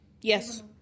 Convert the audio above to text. Yes